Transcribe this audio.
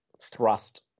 thrust